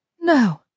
No